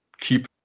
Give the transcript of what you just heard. keep